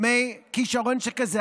מכישרון שכזה,